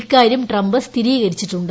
ഇക്കാര്യം ട്രംപ് സ്ഥിരീകരിച്ചിട്ടുണ്ട്